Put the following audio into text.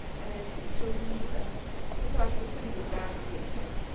and and so he he thought he was putting me back in grade ten.